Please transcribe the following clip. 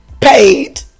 paid